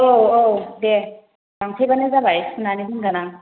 औ औ दे लांफैबानो जाबाय सुनानै दोनगोनां